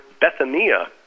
Bethania